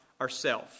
ourself